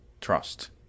trust